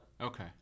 Okay